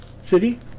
city